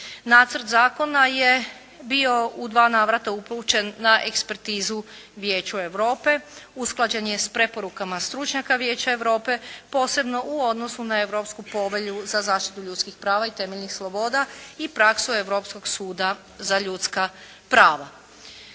Nacrt zakona je bio u dva navrata upućen na ekspertizu Vijeću Europe. Usklađen je s preporukama stručnjaka Vijeća Europe posebno u odnosu na Europsku povelju za zaštitu ljudskih prava i temeljnih sloboda i praksu Europskog suda za ljudska prava.